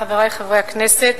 חברי חברי הכנסת,